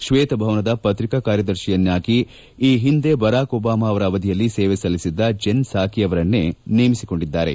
ಶ್ವೇತಭವನದ ಪತ್ರಿಕಾ ಕಾರ್ಯದರ್ಶಿಯನ್ನಾಗಿ ಈ ಹಿಂದೆ ಬರಾಕ್ ಒಬಾಮಾ ಅವರ ಅವಧಿಯಲ್ಲಿ ಸೇವೆ ಸಲ್ಲಿಸಿದ್ದ ಜನ್ ಸಾಕಿ ಅವರನ್ನೇ ನೇಮಿಸಿ ಕೊಂಡಿದ್ದಾರೆ